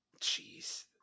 Jeez